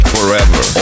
Forever